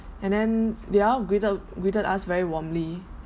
and then they all greeted greeted us very warmly